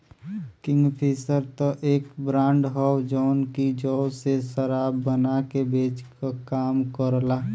Kingfisher त एक brand हौ जौन की जौ से शराब बना के बेचे क काम करला